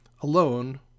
alone